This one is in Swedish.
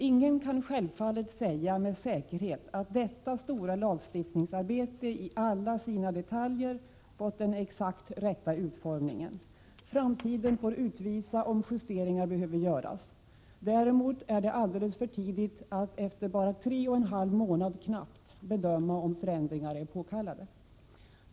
Ingen kan självfallet säga med säkerhet att detta stora lagstiftningsarbete i alla sina detaljer fått den exakt rätta utformningen. Framtiden får utvisa om justeringar behöver göras. Däremot är det alldeles för tidigt att efter bara knappt tre och en halv månad bedöma om förändringar är påkallade.